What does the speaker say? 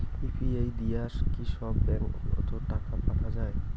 UPI দিয়া কি সব ব্যাংক ওত টাকা পাঠা যায়?